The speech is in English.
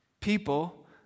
people